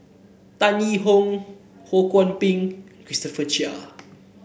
Tan Yee Hong Ho Kwon Ping Christopher Chia